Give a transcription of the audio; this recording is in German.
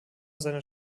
seiner